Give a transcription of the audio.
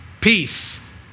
peace